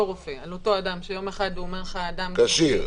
אותו רופא שאדם כשיר,